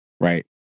right